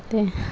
ಮತ್ತು